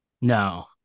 No